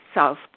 South